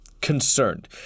concerned